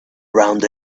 around